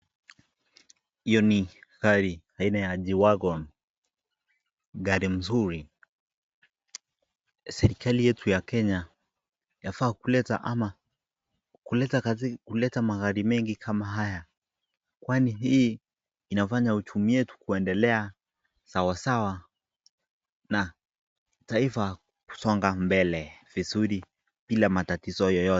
Hiyo ni gari aina ya G-wagon, gari mzuri, serikali yetu ya kenya yafaa kuleta magari mengi kama haya, kwani hii inafanya uchumi yetu kuendelea sawasawa na taifa kusonga mbele vizuri bila matatizo yeyote.